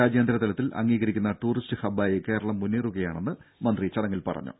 രാജ്യാന്തര തലത്തിൽ അംഗീകരിക്കുന്ന ടൂറിസ്റ്റ് ഹബ്ബായി കേരളം മുന്നേറുകയാണെന്ന് മന്ത്രി ചടങ്ങിൽ പറഞ്ഞു